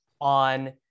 on